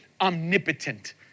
omnipotent